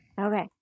Okay